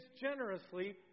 generously